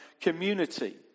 community